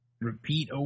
Repeat